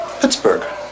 Pittsburgh